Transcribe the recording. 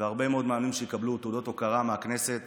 והרבה מאוד מאמנים שיקבלו תעודות הוקרה מהכנסת